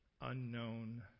unknown